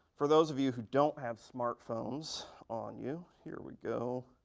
for those of you who don't have smart phones on you. here we go.